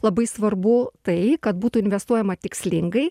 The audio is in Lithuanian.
labai svarbu tai kad būtų investuojama tikslingai